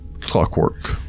clockwork